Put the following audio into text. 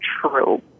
true